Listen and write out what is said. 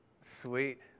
Sweet